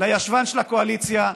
לישבן של הקואליציה,